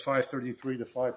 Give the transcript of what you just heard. five thirty three to five